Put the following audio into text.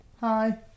Hi